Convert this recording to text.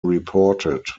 reported